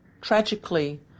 Tragically